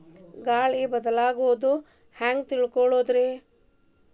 ಗಾಳಿ ಬದಲಾಗೊದು ಹ್ಯಾಂಗ್ ತಿಳ್ಕೋಳೊದ್ರೇ?